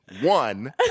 one